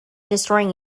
destroying